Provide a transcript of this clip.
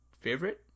favorite